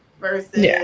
versus